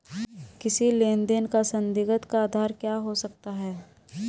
किसी लेन देन का संदिग्ध का आधार क्या हो सकता है?